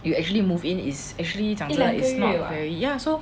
you actually move in it's actually 讲真的 not very ya so